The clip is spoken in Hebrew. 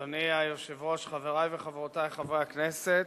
אדוני היושב-ראש, חברי וחברותי חברי הכנסת,